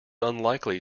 unlikely